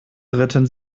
ritten